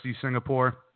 Singapore